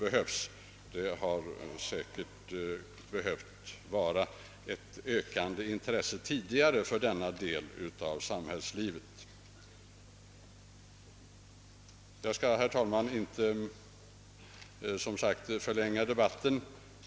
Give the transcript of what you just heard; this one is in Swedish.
behövs på detta område. Vi har långt tidigare bort ägna större intresse åt denna del av samhällslivet. Herr talman! Jag skall inte förlänga debatten.